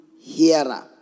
hearer